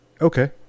Okay